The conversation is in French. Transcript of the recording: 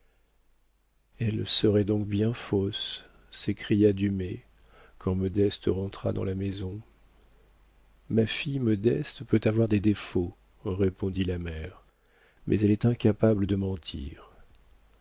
elle serait donc bien fausse s'écria dumay quand modeste rentra dans la maison ma fille modeste peut avoir des défauts répondit la mère mais elle est incapable de mentir